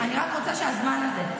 אני רק רוצה את הזמן הזה.